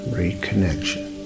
reconnection